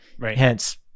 Hence